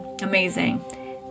amazing